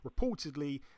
reportedly